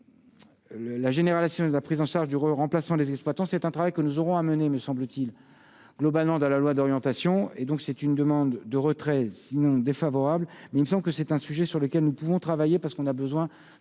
la génération la prise en charge du remplacement des exploitants, c'est un travail que nous aurons à mener, me semble-t-il, globalement, dans la loi d'orientation et donc c'est une demande de retrait sinon défavorable mais il me semble que c'est un sujet sur lequel nous pouvons travailler parce qu'on a besoin